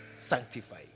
Sanctify